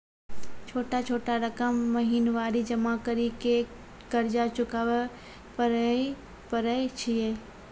छोटा छोटा रकम महीनवारी जमा करि के कर्जा चुकाबै परए छियै?